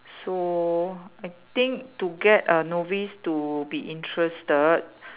so I think to get a novice to be interested